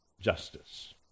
justice